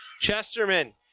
Chesterman